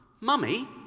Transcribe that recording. Mummy